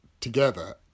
together